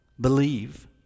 Believe